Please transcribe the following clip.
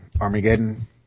Armageddon